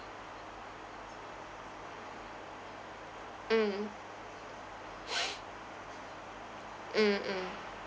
mm mm mm